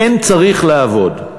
כן צריך לעבוד.